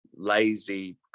lazy